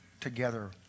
together